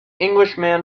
englishman